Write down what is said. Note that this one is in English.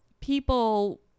people